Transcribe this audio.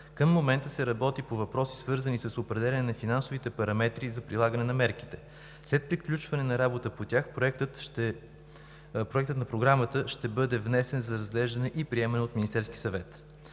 Към момента се работи по въпроси, свързани с определяне на финансовите параметри за прилагане на мерките. След приключване на работа по тях Проектът на програмата ще бъде внесен за разглеждане и приемане от Министерския съвет.